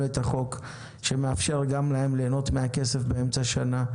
את החוק שמאפשר גם להם ליהנות מהכסף באמצע השנה.